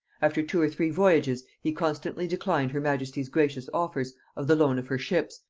after two or three voyages he constantly declined her majesty's gracious offers of the loan of her ships,